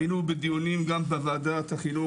היינו בדיונים גם בוועדת החינוך,